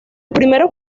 primeros